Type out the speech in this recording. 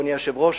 אדוני היושב-ראש,